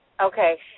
Okay